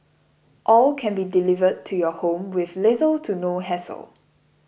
all can be delivered to your home with little to no hassle